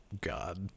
God